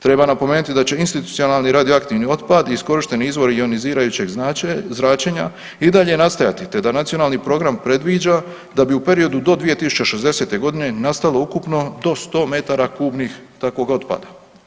Treba napomenuti da će institucionalni radioaktivni otpad iskorišteni otpadi ionizirajućeg zračenja i dalje nastajati, te da nacionalni program predviđa da bi u periodu do 2060. godine nastalo ukupno do 100 metara kubnih takvog otpada.